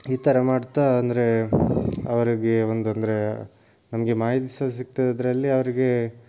ಈ ಥರ ಮಾಡ್ತಾ ಅಂದರೆ ಅವರಿಗೆ ಒಂದಂದರೆ ನಮಗೆ ಮಾಹಿತಿ ಸಹ ಸಿಗ್ತದೆ ಅದರಲ್ಲಿ ಅವರಿಗೆ